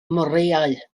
moreau